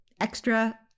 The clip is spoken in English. extra